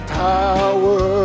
power